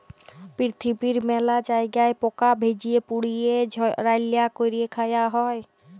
পিরথিবীর মেলা জায়গায় পকা ভেজে, পুড়িয়ে, রাল্যা ক্যরে খায়া হ্যয়ে